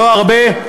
לא הרבה,